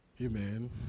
Amen